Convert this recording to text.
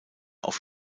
auf